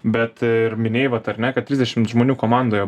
bet ir minėjai vat ar ne kad trisdešim žmonių komandoje